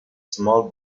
small